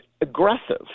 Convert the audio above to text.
aggressive